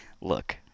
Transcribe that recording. Look